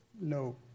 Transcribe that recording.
no